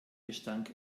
gestank